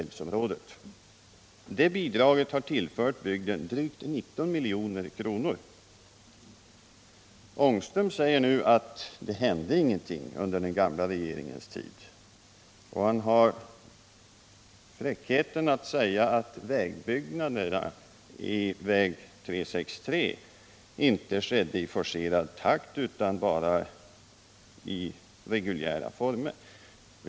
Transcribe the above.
Rune Ångström säger nu att det hände ingenting under den gamla regeringens tid. Och han hade fräckheten påstå att byggnadsarbetena på väg 363 inte skedde i forcerad takt utan bara i reguljära former.